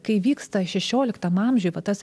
kai vyksta šešioliktam amžiuj va tas